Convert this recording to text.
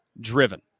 Driven